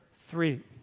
three